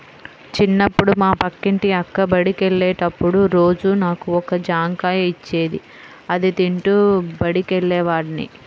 చిన్నప్పుడు మా పక్కింటి అక్క బడికెళ్ళేటప్పుడు రోజూ నాకు ఒక జాంకాయ ఇచ్చేది, అది తింటూ బడికెళ్ళేవాడ్ని